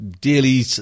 Daily